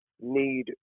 need